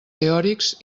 teòrics